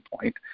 point